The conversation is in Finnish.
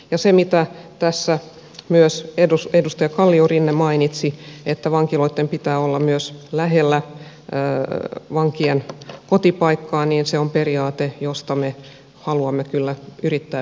ja se mitä tässä myös edustaja kalliorinne mainitsi että vankiloitten pitää olla myös lähellä vankien kotipaikkaa on periaate josta me haluamme kyllä yrittää pitää kiinni